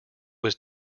was